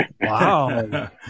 Wow